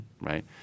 right